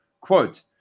Quote